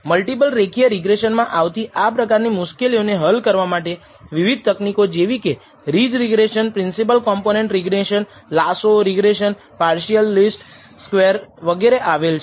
multiple રેખીય રિગ્રેસનમા આવતી આ પ્રકારની મુશ્કેલીઓ ને હલ કરવા માટે વિવિધ તકનીકો જેવીકે ridge regression principal component regression lasso regression partial least square વગેરે આવેલ છે